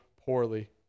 poorly